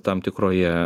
tam tikroje